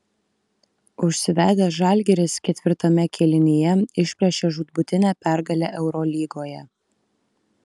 užsivedęs žalgiris ketvirtame kėlinyje išplėšė žūtbūtinę pergalę eurolygoje